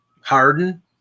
Harden